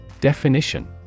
Definition